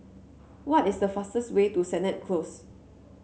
what is the fastest way to Sennett Close